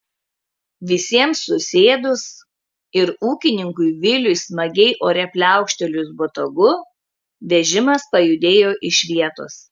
visiems susėdus ir ūkininkui viliui smagiai ore pliaukštelėjus botagu vežimas pajudėjo iš vietos